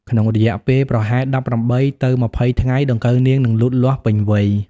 ក្នុងរយៈពេលប្រហែល ១៨ ទៅ ២០ ថ្ងៃ ដង្កូវនាងនឹងលូតលាស់ពេញវ័យ។